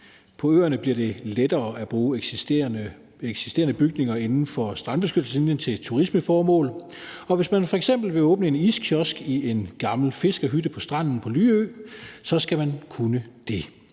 på øerne bliver det lettere at bruge eksisterende bygninger inden for strandbeskyttelseslinjen til turismeformål, og hvis man f.eks. vil åbne en iskiosk i en gammel fiskerhytte på stranden på Lyø, skal man kunne det.